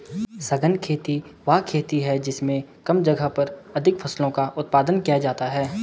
सघन खेती वह खेती है जिसमें कम जगह पर अधिक फसलों का उत्पादन किया जाता है